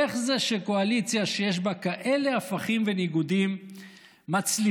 איך זה שקואליציה שיש בה כאלה הפכים וניגודים מצליחה,